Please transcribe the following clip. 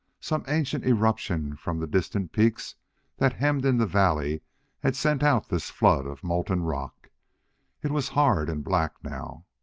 some ancient eruption from the distant peaks that hemmed in the valley had sent out this flood of molten rock it was hard and black now.